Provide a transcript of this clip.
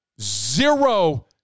Zero